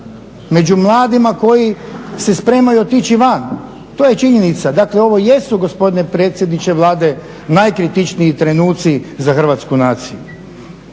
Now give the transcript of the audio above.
među mladima koji se spremaju otići van, to je činjenica. Dakle ovo jesu gospodine predsjedniče Vlade najkritičniji trenuci za hrvatsku naciju.